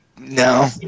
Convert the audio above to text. No